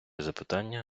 запитання